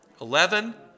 Eleven